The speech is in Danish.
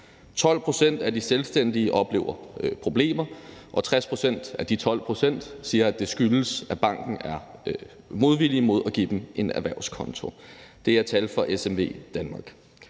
12 pct. af de selvstændige oplever problemer, og 60 pct. af de 12 pct. siger, at det skyldes, at banken er modvillig mod at give dem en erhvervskonto. Det er tal fra SMVdanmark.